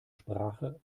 sprache